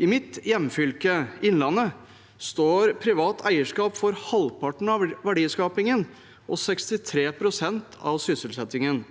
I mitt hjemfylke, Innlandet, står privat eierskap for halvparten av verdiskapingen og for 63 pst. av sysselsettingen.